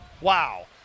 Wow